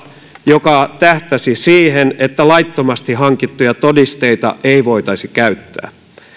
joka tähtäsi siihen että laittomasti hankittuja todisteita ei voitaisi käyttää